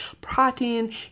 protein